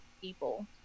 people